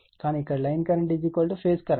కానీ ఇక్కడ line current phase current